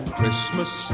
Christmas